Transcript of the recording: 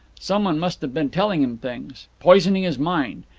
some one must have been telling him things poisoning his mind.